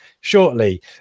shortly